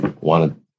wanted